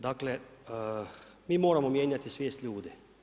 Dakle, mi moramo mijenjati svijest ljudi.